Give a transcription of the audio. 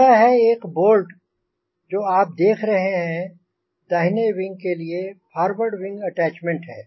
यह है एक बोल्ट जो आप देख रहे हैं दाहिने विंग के लिए फ़ॉर्वर्ड विंग अटैच्मेंट है